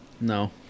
No